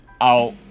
out